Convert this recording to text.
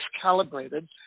calibrated